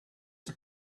the